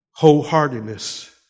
Wholeheartedness